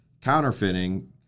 counterfeiting